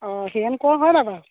অঁ হীৰেণ কোঁৱৰ হয়নে বাৰু